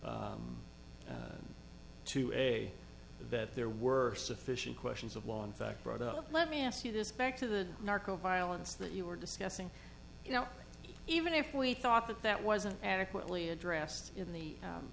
there to a that their worst sufficient questions of law in fact brought up let me ask you this back to the narco violence that you were discussing you know even if we thought that that wasn't adequately addressed in the